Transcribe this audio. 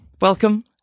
Welcome